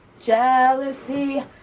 Jealousy